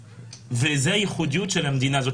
וזה הייחודיות של המדינה זאת.